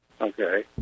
Okay